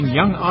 Young